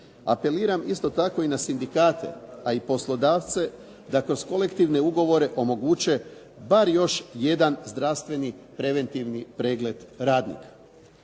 apeliram isto tako i na sindikate a i poslodavce da kroz kolektivne ugovore omoguće bar još jedan zdravstveni preventivni pregled radnika.